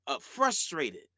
frustrated